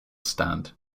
stand